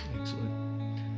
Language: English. Excellent